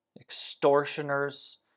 extortioners